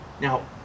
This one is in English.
Now